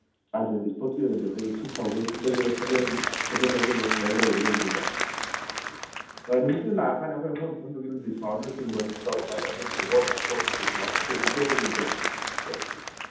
island ꯏꯁꯄꯣꯠꯀꯤ ꯑꯣꯏꯅꯗꯤ ꯑꯩꯈꯣꯏ ꯁꯤꯛꯁ ꯊꯥꯎꯖꯟꯗꯒꯤꯅ ꯁꯚꯦꯟ ꯊꯥꯎꯖꯟꯐꯥꯎ ꯁꯨꯃꯥꯏ ꯂꯩꯌꯦꯕ ꯂꯩꯕꯁꯦꯀꯣ ꯅꯨꯃꯤꯠꯇꯨꯗ ꯂꯥꯛꯑꯀꯥꯟꯗ ꯑꯩꯈꯣꯏ ꯃꯐꯝ ꯃꯐꯝꯗꯨꯒꯤ ꯑꯣꯏꯅ ꯗꯤꯁꯀꯥꯎꯟꯅꯆꯤꯡꯕ ꯇꯧꯔꯛꯀꯥꯟꯗ ꯑꯩꯈꯣꯏ ꯑꯣꯟ ꯏꯁꯄꯣꯠ ꯗꯤꯁꯀꯥꯎꯟ ꯑꯩꯈꯣꯏ ꯄꯤꯊꯣꯛꯄꯗꯤ ꯄꯤꯊꯣꯛ